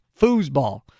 foosball